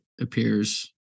appears